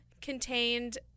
contained